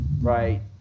right